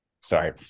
Sorry